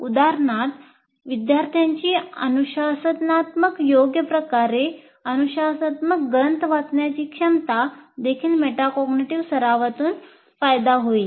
उदाहरणार्थ विद्यार्थ्यांची अनुशासनात्मक योग्य प्रकारे अनुशासनात्मक ग्रंथ वाचण्याची क्षमतामध्ये देखील मेटाकॉग्निटिव्ह सरावातून फायदा होईल